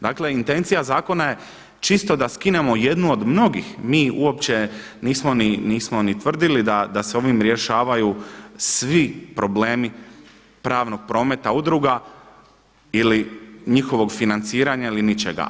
Dakle, intencija zakona je čisto da skinemo jednu od mnogih, mi uopće nismo ni tvrdili da se ovim rješavaju svi problemi pravnog prometa udruga ili njihovog financiranja ili ničega.